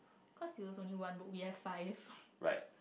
cause it was only one book we have five